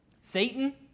Satan